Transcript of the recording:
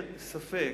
ספק,